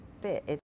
fit